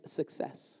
success